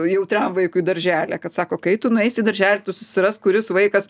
jautriam vaikui daržely kad sako kai tu nueisi į darželį tu susirask kuris vaikas